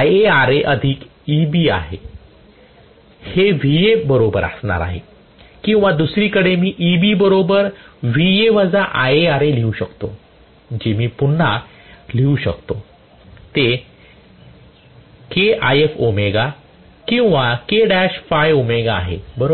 IaRa अधिक Eb हे Va बरोबर असणार आहे किंवा दुसरीकडे मी Eb बरोबर Va वजा IaRa लिहू शकतो जे मी हे पुन्हा लिहू शकतो ते KIf ओमेगा किंवा k डॅश phi ओमेगा आहे बरोबर